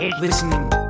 Listening